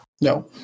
No